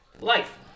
Life